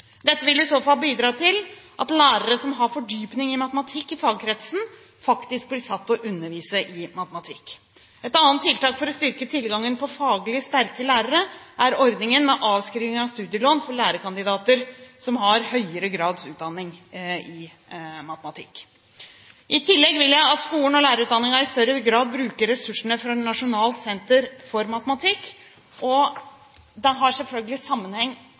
Dette vil i så fall bidra til at lærere som har fordypning i matematikk i fagkretsen, faktisk blir satt til å undervise i matematikk. Et annet tiltak for å styrke tilgangen til faglig sterke lærere er ordningen med avskriving av studielån for lærerkandidater som har høyere grads utdanning i matematikk. I tillegg vil jeg at skolen og lærerutdanningen i større grad bruker ressursene fra Nasjonalt senter for matematikk. Det som lærerstudentene har av grunnlag, har selvfølgelig sammenheng